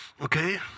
okay